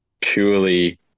purely